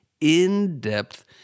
in-depth